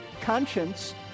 conscience